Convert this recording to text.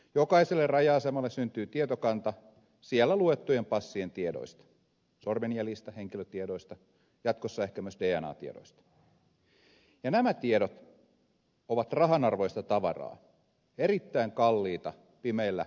jokaiselle raja asemalle syntyy tietokanta siellä luettujen passien tiedoista sormenjäljistä henkilötiedoista jatkossa ehkä myös dna tiedoista ja nämä tiedot ovat rahanarvoista tavaraa erittäin kalliita pimeillä markkinoilla